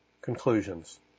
Conclusions